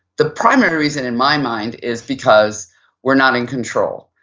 the primary reason in my mind is because we're not in control.